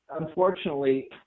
unfortunately